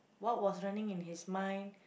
what was running in his mind